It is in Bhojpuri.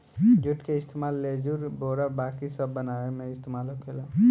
जुट के इस्तेमाल लेजुर, बोरा बाकी सब बनावे मे इस्तेमाल होखेला